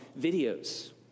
videos